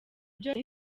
byose